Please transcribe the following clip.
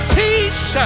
peace